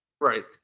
Right